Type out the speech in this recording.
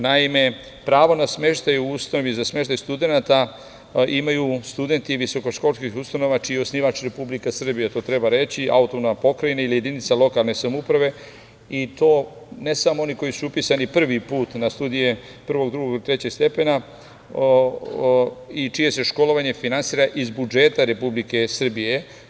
Naime, pravo na smeštaj u ustanovi za smeštaj studenata imaju studenti visokoškolskih ustanova čiji je osnivač Republika Srbija, to treba reći, autonomna pokrajina ili jedinica lokalne samouprave i to ne samo oni koji su upisani prvi put na studije prvog, drugog, trećeg stepena i čije se školovanje finansira iz budžeta Republike Srbije.